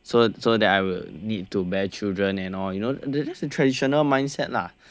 so so that I will need to bear children and all you know this is a traditional mindset lah so